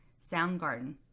Soundgarden